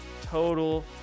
Total